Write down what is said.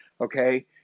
okay